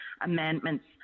amendments